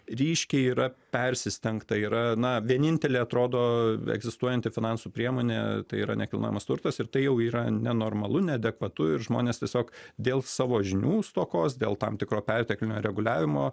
ryškiai yra persistengta yra na vienintelė atrodo egzistuojanti finansų priemonė tai yra nekilnojamas turtas ir tai jau yra nenormalu neadekvatu ir žmonės tiesiog dėl savo žinių stokos dėl tam tikro perteklinio reguliavimo